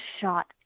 shot